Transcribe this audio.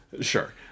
Sure